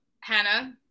Hannah